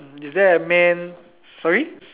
is there a man sorry